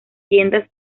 tiendas